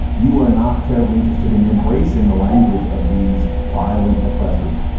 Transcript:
you are not terribly interested in embracing the language of these violent oppressors.